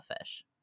Fish